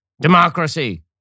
Democracy